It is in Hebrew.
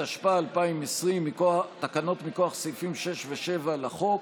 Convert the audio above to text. התשפ"א 2020, תקנות מכוח סעיפים 6 ו-7 לחוק.